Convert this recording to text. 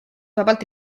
vabalt